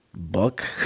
book